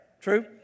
True